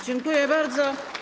Dziękuję bardzo.